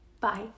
Bye